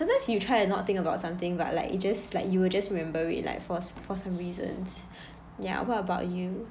sometimes you try and not think about something about like it just like you will just remember it like for for some reasons ya what about you